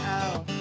out